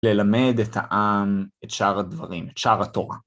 ללמד את העם, את שאר הדברים, את שאר התורה.